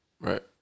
Right